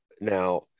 Now